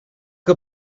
que